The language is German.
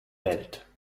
welt